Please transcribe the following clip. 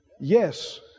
Yes